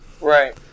Right